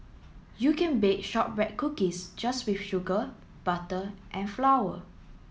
you can bake shortbread cookies just with sugar butter and flour